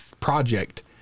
project